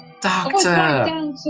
Doctor